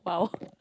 !wow!